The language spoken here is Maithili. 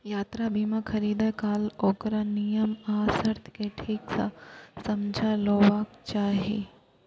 यात्रा बीमा खरीदै काल ओकर नियम आ शर्त कें ठीक सं समझि लेबाक चाही